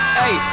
hey